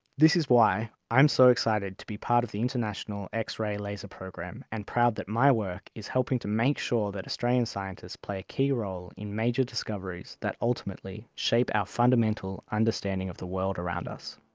this is why i'm so excited to be part of the international x-ray laser program and proud that my work is helping to make sure that australian scientists play a key role in major discoveries that ultimately shape our fundamental understanding of the world around us.